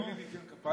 לי אין ניקיון כפיים?